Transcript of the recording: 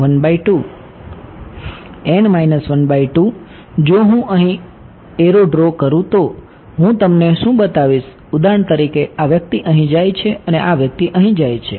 n 12 જો હું અહીં હું એરો ડ્રો કરું તો હું તમને શું બતાવીશ ઉદાહરણ તરીકે આ વ્યક્તિ અહીં જાય છે અને આ વ્યક્તિ અહીં જાય છે